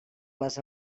les